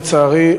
לצערי,